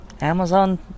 Amazon